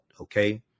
Okay